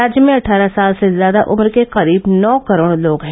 राज्य में अठारह साल से ज्यादा उम्र के करीब नौ करोड़ लोग हैं